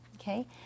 Okay